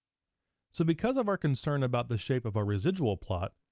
so because of our concern about the shape of our residual plot,